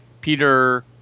Peter